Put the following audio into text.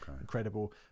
incredible